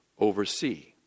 Oversee